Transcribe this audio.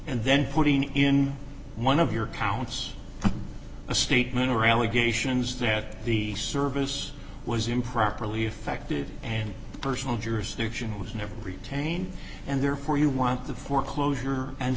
and then putting in one of your counts a statement or allegations that the service was improperly affected and personal jurisdiction was never retained and therefore you want the foreclosure and